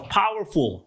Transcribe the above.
powerful